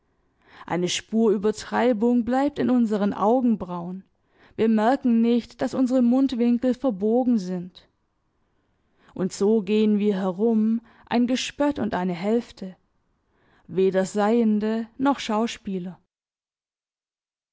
eine spur übertreibung bleibt in unseren augenbrauen wir merken nicht daß unsere mundwinkel verbogen sind und so gehen wir herum ein gespött und eine hälfte weder seiende noch schauspieler